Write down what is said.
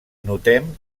notem